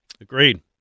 Agreed